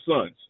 sons